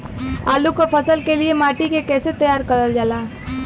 आलू क फसल के लिए माटी के कैसे तैयार करल जाला?